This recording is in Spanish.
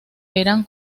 eran